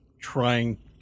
trying